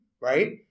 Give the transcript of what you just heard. right